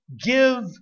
give